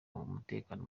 umutekano